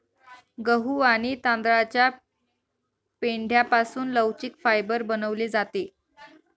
गहू आणि तांदळाच्या पेंढ्यापासून लवचिक फायबर बनवले जाते